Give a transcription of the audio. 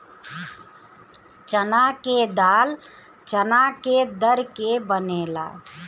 चना के दाल चना के दर के बनेला